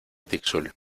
tixul